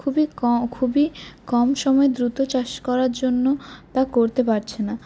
খুবই ক খুবই কম সময়ে দ্রুত চাষ করার জন্য তা করতে পারছে না